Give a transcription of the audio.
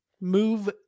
move